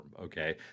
okay